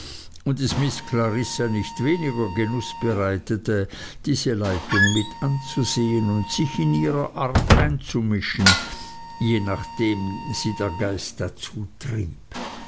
und es miß clarissa nicht weniger genuß bereitete diese leitung mitanzusehen und sich in ihrer art einzumischen je nachdem sie der geist dazu trieb